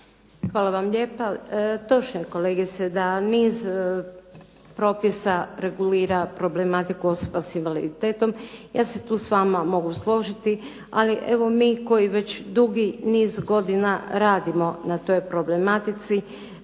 Hvala vam lijepa. Točno je kolegice da niz propisa regulira problematiku osoba s invaliditetom, ja se tu s vama mogu složiti. Ali evo mi koji već dugi niz godina radimo na toj problematici